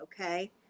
okay